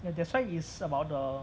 ya that's why it's about the